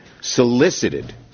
Solicited